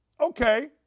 Okay